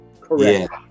correct